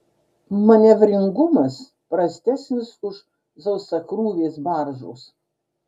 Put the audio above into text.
manevringumas prastesnis už sausakrūvės baržos